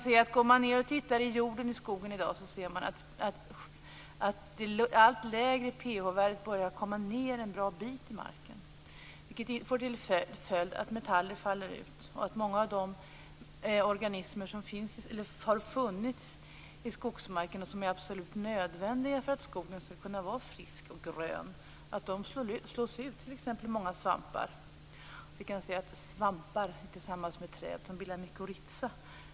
Om man tittar i jorden i skogen i dag ser man att det allt lägre pH-värdet börjar komma ned en bra bit i marken, vilket får till följd att metaller faller ut och att många av de organismer som har funnits i skogsmarken och som är absolut nödvändiga för att skogen skall kunna vara frisk och grön slås ut, t.ex. många svampar och träd som bildar mykhorriza.